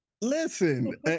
Listen